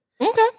okay